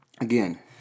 again